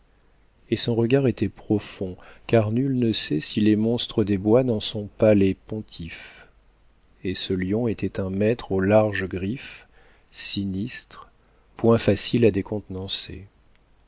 et son regard était profond car nul ne sait si les monstres des bois n'en sont pas les pontifes et ce lion était un maître aux larges griffes sinistre point facile à décontenancer